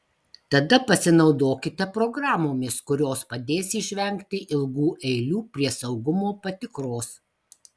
tada pasinaudokite programomis kurios padės išvengti ilgų eilių prie saugumo patikros